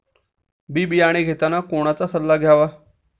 बी बियाणे घेताना कोणाचा सल्ला घ्यावा?